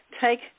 take